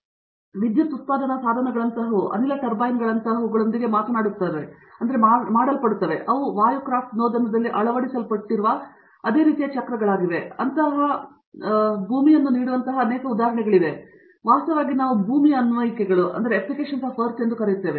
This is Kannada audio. ಹೀಗಾಗಿ ವಿದ್ಯುತ್ ಉತ್ಪಾದನಾ ಸಾಧನಗಳಂತಹವು ಅನಿಲ ಟರ್ಬೈನ್ಗಳಂತಹವುಗಳೊಂದಿಗೆ ಮಾಡಲ್ಪಡುತ್ತದೆ ಅವು ವಾಯು ಕ್ರಾಫ್ಟ್ ನೋದನದಲ್ಲಿ ಅಳವಡಿಸಲ್ಪಟ್ಟಿರುವ ಅದೇ ರೀತಿಯ ಚಕ್ರಗಳಾಗಿವೆ ಮತ್ತು ನಾವು ಅಂತಹ ಭೂಮಿಯನ್ನು ನೀಡುವಂತಹ ಅನೇಕ ಉದಾಹರಣೆಗಳಿವೆ ವಾಸ್ತವವಾಗಿ ನಾವು ಭೂಮಿಯ ಅನ್ವಯಿಕೆಗಳು ಎಂದು ಕರೆಯುತ್ತೇವೆ